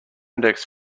index